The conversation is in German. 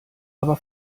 aber